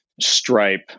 Stripe